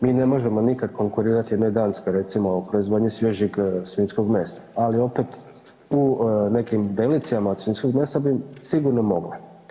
Mi ne možemo nikada konkurirati jednoj Danskoj recimo u proizvodnji svježeg svinjskog mesa, ali opet u nekim delicijama od svinjskog mesa bi sigurno mogli.